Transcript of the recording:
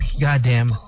goddamn